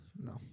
No